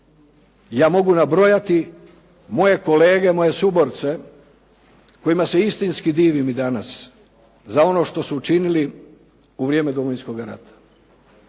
Ja mogu nabrojati moje kolege, moje suborce kojima se istinski divim i danas za ono što su učinili u vrijeme Domovinskoga rata.